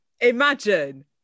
Imagine